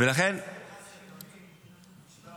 --- בשפה האמהרית --- קודם כול העברית.